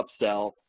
upsell